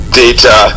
data